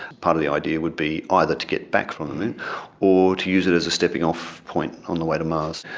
part of the idea would be either to get back from the moon or to use it as a stepping-off point on the way to mars.